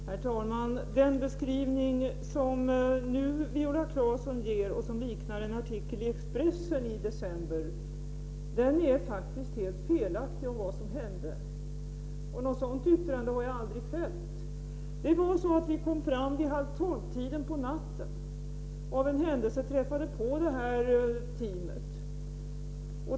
Herr talman! Den beskrivning som Viola Claesson nu ger — och som liknar en artikel i Expressen i december — är faktiskt helt felaktig när det gäller vad som hände. Något sådant yttrande har jag aldrig fällt. Vi kom fram vid 23.30-tiden på natten, och av en händelse träffade vi på teamet.